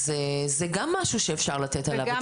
אז זה גם משהו שאפשר לתת עליו את הדעת,